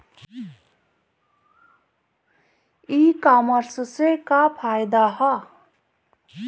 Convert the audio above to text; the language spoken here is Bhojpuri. ई कामर्स से का फायदा ह?